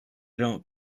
don’t